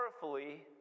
powerfully